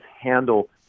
handle